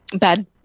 bad